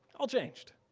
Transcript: all changed.